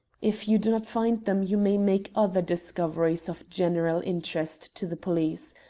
if you do not find them you may make other discoveries of general interest to the police.